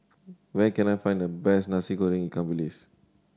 where can I find the best Nasi Goreng ikan bilis